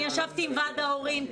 אני ישבתי עם ועד ההורים,